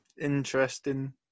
interesting